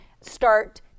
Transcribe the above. start